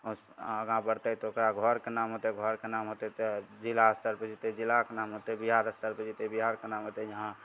आगाँ बढ़तै तऽ ओकरा घरके नाम हेतै घरके नाम होतै तऽ जिला अस्तरपर जेतै जिलाके नाम होतै बिहार अस्तरपर जेतै बिहारके नाम होतै जे हँ